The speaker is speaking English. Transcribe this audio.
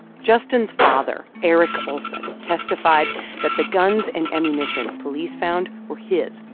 justin's father, eric olsen, testified that the guns and ammunition police found were his,